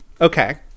Okay